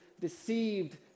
deceived